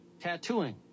tattooing